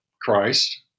Christ